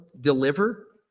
deliver